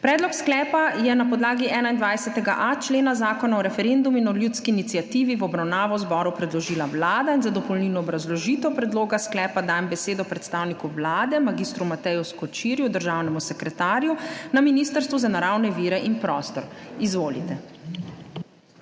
Predlog sklepa je na podlagi 21.a člena Zakona o referendumu in o ljudski iniciativi v obravnavo zboru predložila Vlada. Za dopolnilno obrazložitev predloga sklepa dajem besedo predstavniku Vlade mag. Mateju Skočirju, državnemu sekretarju na Ministrstvu za naravne vire in prostor. Izvolite.